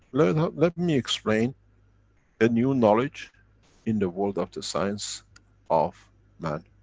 let and let me explain a new knowledge in the world of the science of man.